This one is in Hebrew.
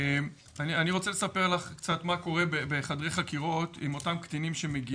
אני רוצה לספר לך קצת מה קורה בחדרי חקירות עם אותם קטינים שמגיעים.